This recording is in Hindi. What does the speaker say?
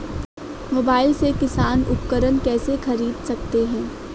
मोबाइल से किसान उपकरण कैसे ख़रीद सकते है?